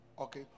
okay